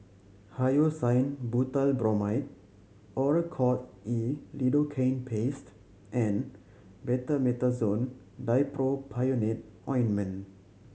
Hyoscine Butylbromide Oracort E Lidocaine Paste and Betamethasone Dipropionate Ointment